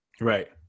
Right